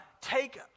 take